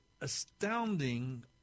astounding